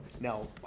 Now